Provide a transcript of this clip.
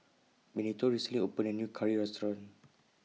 Benito recently opened A New Curry Restaurant